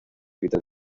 peter